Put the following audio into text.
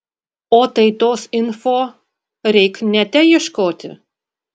o tai tos info reik nete ieškoti